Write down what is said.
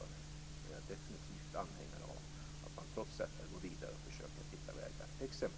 Jag är definitivt anhängare av att man trots detta går vidare och försöker hitta vägar, exempelvis på energiområdet.